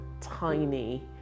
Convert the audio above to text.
tiny